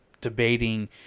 debating